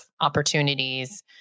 opportunities